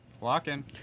Walking